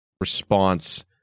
response